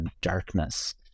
darkness